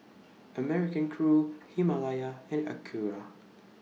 American Crew Himalaya and Acura